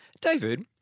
David